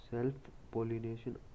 Self-pollination